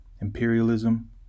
Imperialism